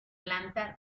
planta